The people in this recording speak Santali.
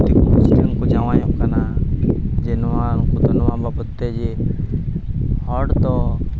ᱫᱤᱠᱩ ᱯᱩᱥᱤ ᱴᱷᱮᱱ ᱠᱚ ᱡᱟᱶᱟᱭᱚᱜ ᱠᱟᱱᱟ ᱡᱮ ᱱᱚᱣᱟ ᱩᱱᱠᱩ ᱫᱚ ᱱᱚᱣᱟ ᱵᱟᱵᱚᱫᱽ ᱛᱮ ᱡᱮ ᱦᱚᱲ ᱫᱚ